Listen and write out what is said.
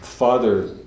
Father